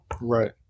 right